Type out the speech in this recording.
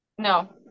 No